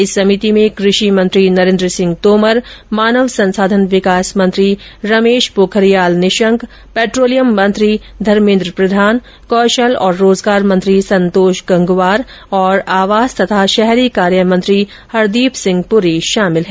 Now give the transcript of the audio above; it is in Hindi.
इस समिति में कृषि मंत्री नरेंद्र सिंह तोमर मानव संसाधन विकास मंत्री रमेश पोखरियाल निशंक पेट्रोलियम मंत्री धर्मेंद्र प्रधान कौशल और रोजगार मंत्री संतोष गंगवार और आवास तथा शहरी कार्य मंत्री हरदीप सिंह पुरी शामिल हैं